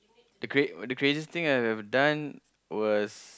the crazy the craziest I've ever done was